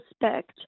respect